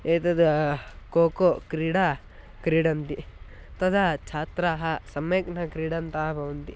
एतद् को को क्रीडा क्रीडन्ति तदा छात्राः सम्यक् न क्रीडन्तः भवन्ति